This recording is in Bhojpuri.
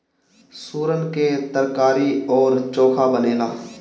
सुरन के तरकारी अउरी चोखा बनेला